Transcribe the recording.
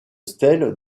stèles